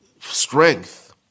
strength